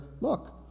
Look